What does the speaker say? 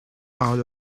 out